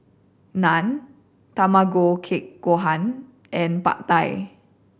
Naan Tamago Kake Gohan and Pad Thai